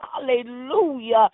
Hallelujah